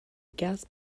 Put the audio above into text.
gas